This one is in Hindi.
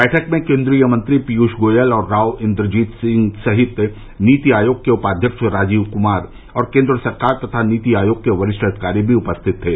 बैठक में केंद्रीय मंत्री पीयूष गोयल और राव इंद्रजीत सिंह सहित नीति आयोग के उपाय्यक्ष राजीव कुमार और केंद्र सरकार तथा नीति आयोग के वरिष्ठ अधिकारी भी उपस्थित थे